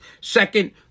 second